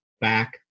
back